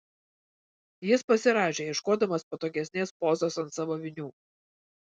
jis pasirąžė ieškodamas patogesnės pozos ant savo vinių